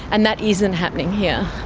and that isn't happening here.